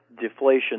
deflation